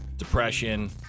depression